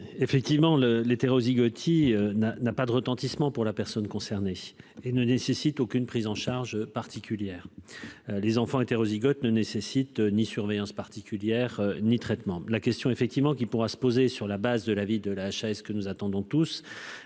effectivement le le hétérozygote il n'a, n'a pas de retentissement pour la personne concernée et ne nécessite aucune prise en charge particulière les enfants hétérozygote ne nécessite ni surveillance particulière ni traitement la question effectivement qui pourra se poser sur la base de l'avis de la HAS ce que nous attendons tous,